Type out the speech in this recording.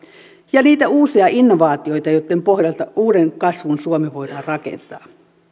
ja niitä uusia innovaatioita joitten pohjalta uuden kasvun suomi voidaan rakentaa